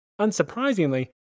Unsurprisingly